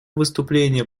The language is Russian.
выступление